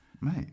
Mate